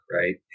right